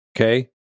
okay